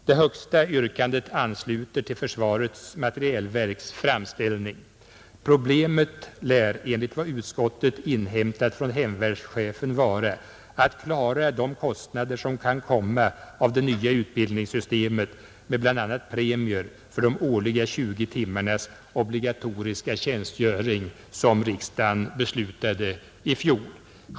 Det högsta yrkandet ansluter till försvarets materielverks framställning. Problemet lär enligt vad utskottet inhämtat från hemvärnschefen vara att klara de kostnader som kan komma av det nya utbildningssystemet, med bl.a. premier för de årliga 20 timmarnas obligatoriska tjänstgöring som riksdagen beslutade i fjol.